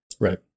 Right